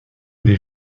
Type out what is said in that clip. des